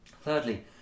thirdly